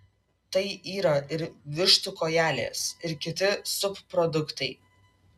tai yra ir vištų kojelės ir kiti subproduktai